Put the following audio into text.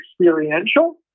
experiential